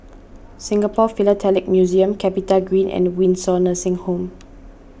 Singapore Philatelic Museum CapitaGreen and Windsor Nursing Home